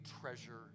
treasure